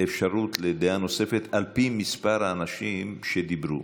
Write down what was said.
אפשרות לדעה נוספת על פי מספר האנשים שדיברו.